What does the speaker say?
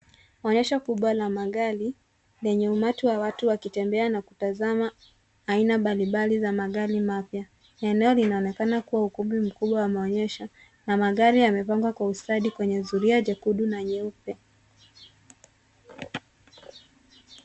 Onyesho kubwa la magari lenye umati wa watu wakitembea na kutazama aina mbali mbali za magari mapya. Eneo linaonekana kuwa ukumbi mkubwa wa maonyesho na magari yamepangwa kwa ustadi kwenye zulia jekundu na nyeupe.